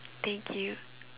thank you